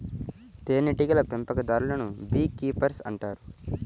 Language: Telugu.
తేనెటీగల పెంపకందారులను బీ కీపర్స్ అంటారు